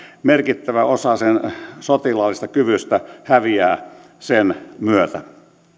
merkittävä osa sen sotilaallisesta kyvystä häviää sen myötä